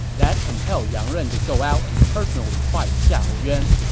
that compelled yang ren to go out and personally fight xiahou yuan.